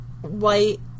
white